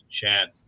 chat